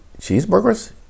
cheeseburgers